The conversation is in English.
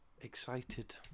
excited